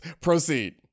Proceed